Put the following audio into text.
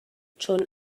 چون